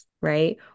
right